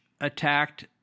attacked